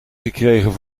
gekregen